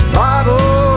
bottle